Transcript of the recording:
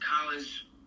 college